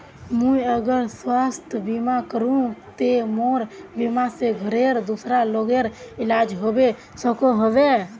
मुई अगर स्वास्थ्य बीमा करूम ते मोर बीमा से घोरेर दूसरा लोगेर इलाज होबे सकोहो होबे?